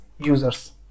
users